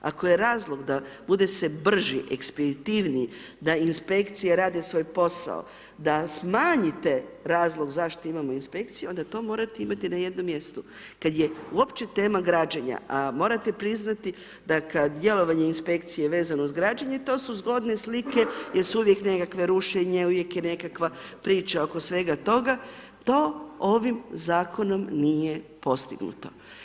Ako je razlog da bude se brži, ekspeditivniji, da inspekcije rade svoj posao, da smanjite razlog zašto imate inspekciju, onda to morate imati na jednom mjestu kada je uopće tema građenja, a morate priznati da kad djelovanje Inspekcije vezano uz građenje, to su zgodne slike jer su uvijek nekakve rušenje, uvijek je nekakva priča oko svega toga, to ovim Zakonom nije postignuto.